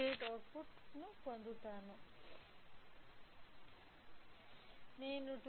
8 output పొందుతున్నాను నేను 2